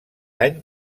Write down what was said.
any